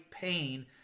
pain